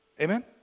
Amen